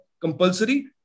compulsory